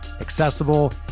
accessible